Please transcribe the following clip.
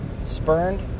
spurned